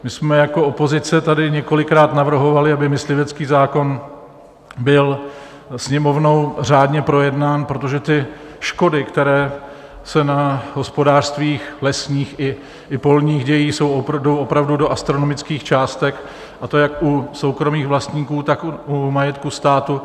My jsme jako opozice tady několikrát navrhovali, aby myslivecký zákon byl Sněmovnou řádně projednán, protože škody, které se na hospodářství lesních i polních dějí, jsou opravdu do astronomických částek, a to jak u soukromých vlastníků, tak u majetku státu.